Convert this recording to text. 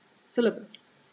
syllabus